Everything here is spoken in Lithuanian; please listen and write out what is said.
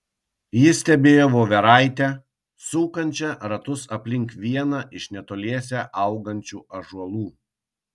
ji stebėjo voveraitę sukančią ratus aplink vieną iš netoliese augančių ąžuolų